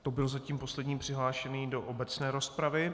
To byl zatím poslední přihlášený do obecné rozpravy.